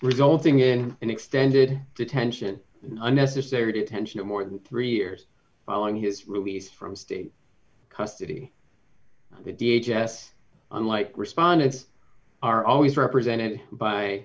resulting in an extended detention unnecessary detention of more than three years following his release from state custody d h s s unlike responded are always represented by